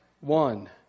one